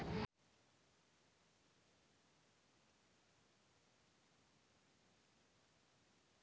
तटीय क्षेत्र में नमी आ मौसम देख के कृषि कार्य कयल जाइत अछि